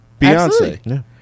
Beyonce